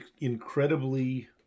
incredibly